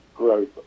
growth